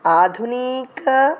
आधुनिक